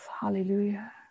Hallelujah